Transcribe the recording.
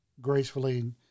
gracefully